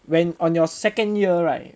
when on your second year right